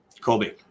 Colby